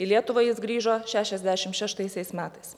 į lietuvą jis grįžo šešiasdešim šeštaisiais metais